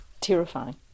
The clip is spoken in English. Terrifying